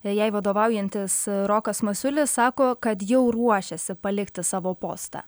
jai vadovaujantis rokas masiulis sako kad jau ruošiasi palikti savo postą